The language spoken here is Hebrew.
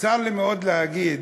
צר לי מאוד להגיד: